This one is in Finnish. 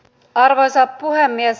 arvoisa puhemies